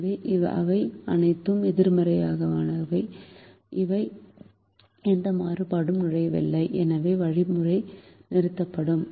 எனவே அவை அனைத்தும் எதிர்மறையானவை எந்த மாறுபாடும் நுழையவில்லை எனவே வழிமுறை நிறுத்தப்படும்